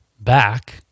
back